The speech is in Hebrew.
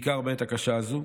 בעיקר בעת הקשה הזאת.